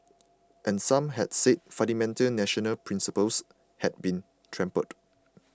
and some had said fundamental national principles had been trampled